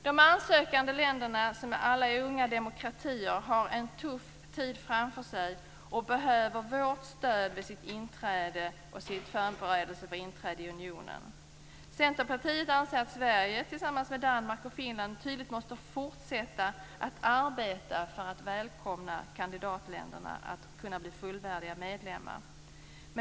De ansökande länderna, som är unga demokratier, har en tuff tid framför sig och behöver vårt stöd i sin förberedelse för och vid sitt inträde i unionen. Centerpartiet anser att Sverige tillsammans med Danmark och Finland tydligt måste fortsätta att arbeta för att välkomna kandidatländerna att kunna bli fullvärdiga medlemmar.